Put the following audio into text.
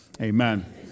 Amen